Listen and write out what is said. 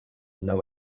know